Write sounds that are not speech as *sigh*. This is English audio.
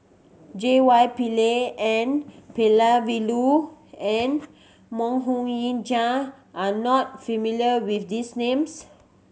J Y Pillay N Palanivelu and Mok *unintelligible* Ying Jang are you not familiar with these names